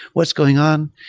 what's going on?